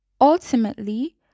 Ultimately